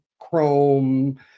Chrome